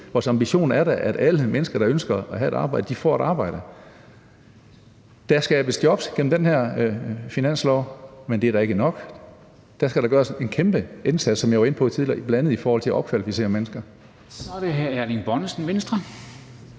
Vores ambition er da, at alle mennesker, der ønsker at have et arbejde, får et arbejde. Der skabes jobs gennem den her finanslov, men det er jo ikke nok – der skal da gøres en kæmpe indsats, som jeg var inde på tidligere, bl.a. i forhold til at opkvalificere mennesker. Kl. 13:28 Formanden (Henrik